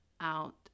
out